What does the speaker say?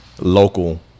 Local